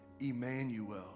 Emmanuel